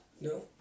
no